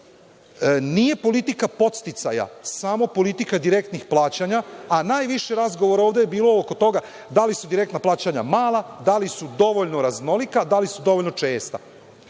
Nije politika podsticaja samo politika direktnih plaćanja, a najviše razgovora je ovde bilo oko toga da li su direktna plaćanja mala, da li su dovoljno raznolika, da li su dovoljno česta.